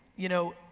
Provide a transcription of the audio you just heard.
you know,